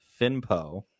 Finpo